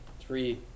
three